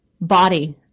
body